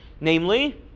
namely